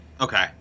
Okay